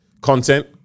content